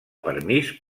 permís